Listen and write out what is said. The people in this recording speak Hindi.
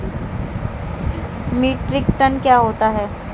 मीट्रिक टन क्या होता है?